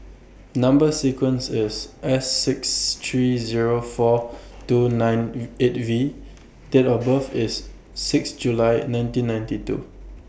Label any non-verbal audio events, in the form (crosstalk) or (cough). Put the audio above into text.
Number sequence IS S six three Zero four (noise) two nine (hesitation) eight V Date of (noise) birth IS six July nineteen ninety two